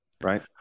Right